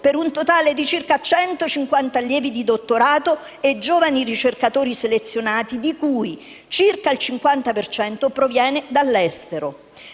per un totale di circa 150 allievi di dottorato e giovani ricercatori selezionati, di cui circa il 50 per cento provenienti dall'estero.